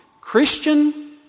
Christian